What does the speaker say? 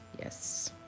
Yes